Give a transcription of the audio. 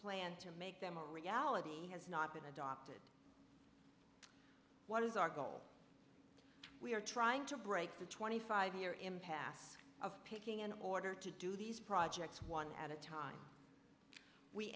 plan to make them a reality has not been adopted what is our goal we are trying to break the twenty five year impasse of picking an order to do these projects one at a time we